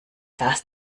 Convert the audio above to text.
das